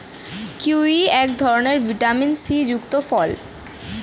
kiwi এক ধরনের vitamin C যুক্ত ফল